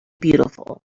beautiful